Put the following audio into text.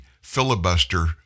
filibuster